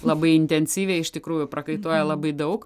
labai intensyviai iš tikrųjų prakaituoja labai daug